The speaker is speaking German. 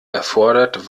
erfordert